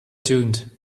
tuned